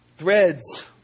Threads